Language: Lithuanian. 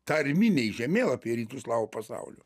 tarminiai žemėlapiai rytų slavų pasaulio